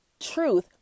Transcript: Truth